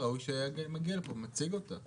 ראוי שהיה מגיע לכאן ומציג את ההסתייגות שלו.